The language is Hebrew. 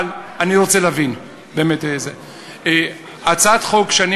אבל אני רוצה להבין: הצעת החוק שאני